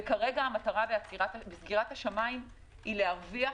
וכרגע המטרה בסגירת השמיים היא להרוויח